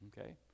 okay